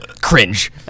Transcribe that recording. Cringe